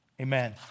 amen